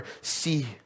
see